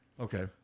Okay